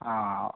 ಹಾಂ